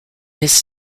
this